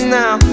now